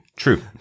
true